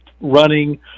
running